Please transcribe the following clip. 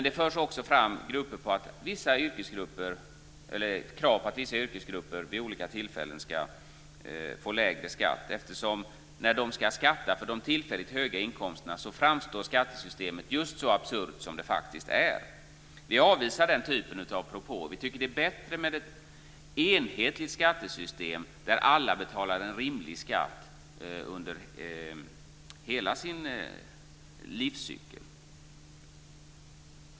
Det förs också fram krav på att vissa yrkesgrupper vid olika tillfällen ska få lägre skatt. När de ska skatta för de tillfälligt höga inkomsterna så framstår nämligen skattesystemet just så absurt som det faktiskt är. Vi avvisar den typen av propåer. Vi tycker att det är bättre med ett enhetligt skattesystem där alla betalar en rimlig skatt under hela sin livscykel.